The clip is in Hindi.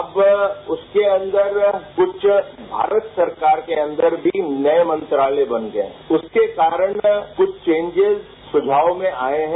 अब उनके अंदर कुछ भारत सरकार के अंदर भी नये मंत्रालय बन गये उनके कारण कुछ चेंजेज सुझाव भी आये हैं